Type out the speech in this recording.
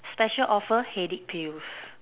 special offer headache pills